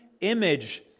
image